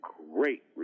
great